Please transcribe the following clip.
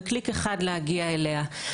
בקליק אחד להגיע אליה.